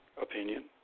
opinion